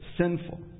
sinful